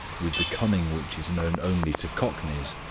with the cunning which is known only to cockneys,